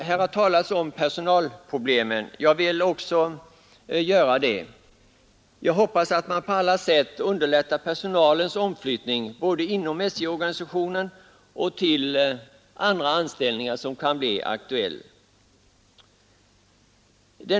Här har i debatten talats om personalproblemen. Jag vill också beröra dem. Jag hoppas att man på alla sätt underlättar personalens omflyttning både inom SJ-organisationen och till andra anställningar som kan bli aktuella.